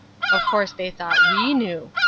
of course they thought we knew.